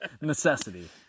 Necessity